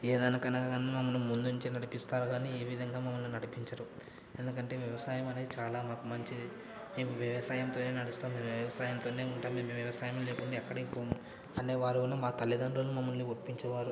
ఏ దానికైనా కానీ మమ్మల్ని ముందుంచే నడిపిస్తారు కానీ ఈ విధంగా మమ్మల్ని నడిపించారు ఎందుకంటే వ్యవసాయం అనేది చాలా మాకు మంచిది మేము వ్యవసాయంతోనే నడుస్తాం మేం వ్యవసాయంతోనే ఉంటాం మేం వ్యవసాయం లేకుండా ఎక్కడికి పోము అనేవారు ఉన్న మా తల్లిదండ్రులు మమ్మల్ని ఒప్పించేవారు